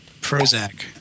Prozac